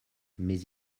mais